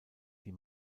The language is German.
die